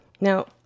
Now